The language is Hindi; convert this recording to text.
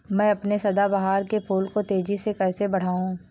मैं अपने सदाबहार के फूल को तेजी से कैसे बढाऊं?